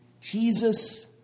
Jesus